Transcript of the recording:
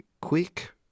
quick